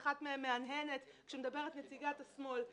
שאחת מהן מהנהנת כשמדברת נציגת השמאל.